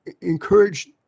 encouraged